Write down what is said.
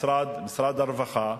משרד הרווחה,